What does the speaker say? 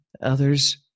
Others